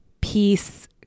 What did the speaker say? peace